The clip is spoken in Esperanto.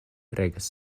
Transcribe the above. regas